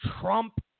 Trump